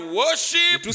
worship